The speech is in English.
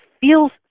feels